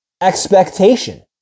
expectation